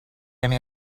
any